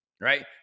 right